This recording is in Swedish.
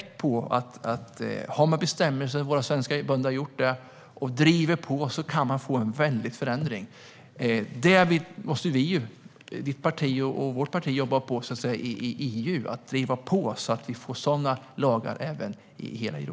Våra svenska bönder visar verkligen att det kan bli en väldig förändring, om man har bestämmelser och driver på. Våra respektive partier måste jobba för att driva på i EU, så att hela Europa får sådana lagar.